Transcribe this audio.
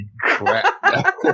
crap